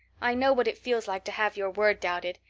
i know what it feels like to have your word doubted.